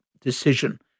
decision